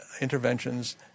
interventions